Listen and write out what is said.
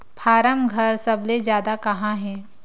form घर सबले जादा कहां हे